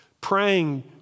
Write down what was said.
praying